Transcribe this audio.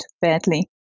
badly